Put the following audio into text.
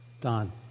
Don